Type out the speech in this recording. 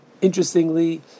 interestingly